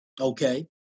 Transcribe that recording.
Okay